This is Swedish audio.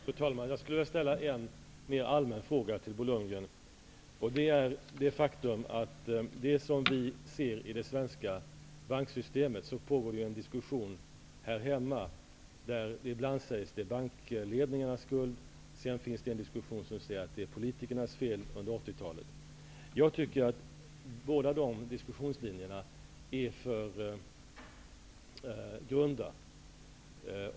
Fru talman! Jag skulle vilja ställa en mer allmän fråga till Bo Lundgren. Med anledning av det som sker i det svenska banksystemet pågår det diskussioner här hemma, där det ibland sägs att det är bankledningarnas skuld och ibland sägs att det är politikernas fel under 80-talet. Jag tycker att båda de diskussionslinjerna är för grunda.